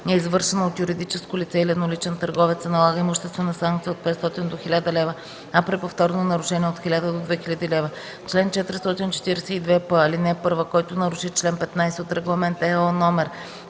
е извършено от юридическо лице или едноличен търговец, се налага имуществена санкция от 500 до 1000 лв., а при повторно нарушение – от 1000 до 3000 лв. Чл. 442о. (1) Който наруши чл. 1 от Регламент (ЕО)